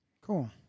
Cool